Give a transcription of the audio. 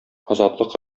азатлык